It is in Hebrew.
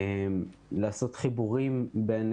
לעשות חיבורים בין